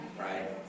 right